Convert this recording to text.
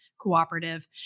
Cooperative